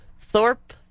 Thorpe